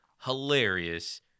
hilarious